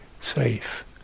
safe